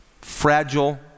fragile